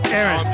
Aaron